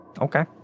Okay